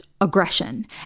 aggression